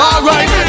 Alright